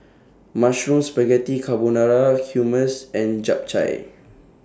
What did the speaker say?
Mushroom Spaghetti Carbonara Hummus and Japchae